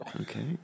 Okay